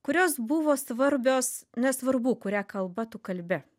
kurios buvo svarbios nesvarbu kuria kalba tu kalbi